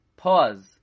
pause